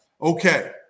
okay